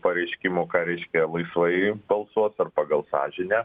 pareiškimų ką reiškia laisvai balsuos ar pagal sąžinę